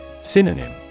Synonym